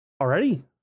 already